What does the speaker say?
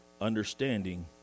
understanding